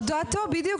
הודעתו בדיוק,